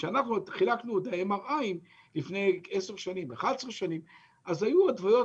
כשחילקנו את ה-MRI לפני 10-11 שנים היו התוויות